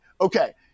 okay